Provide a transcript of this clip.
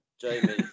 Jamie